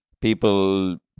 people